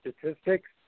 statistics